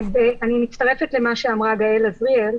אני מצטרפת למה שאמרה גאל אזריאל,